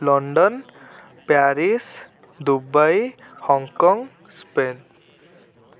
London Paris Dubai Hong Kong Spain